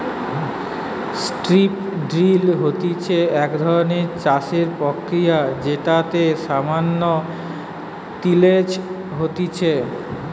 strip drill হতিছে এক ধরণের চাষের প্রক্রিয়া যেটাতে সামান্য তিলেজ হতিছে